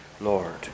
Lord